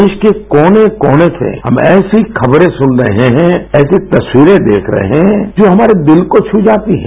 देश के कोने कोने तो हम ऐसी खबरें सुन रहे हैं ऐसी तस्वीरें देख रहे हैं जो हमारे दिल को पू जाती हैं